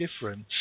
difference